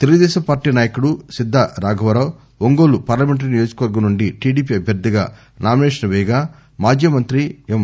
Telugu Desam party నాయకుడు సిద్దా రాఘవరావు Ongole parliamentary నియోజకవర్గం నుండి టిడిపి అభ్యర్థిగా నామినేషన్ వేయగా మాజీ మంత్రి ఎం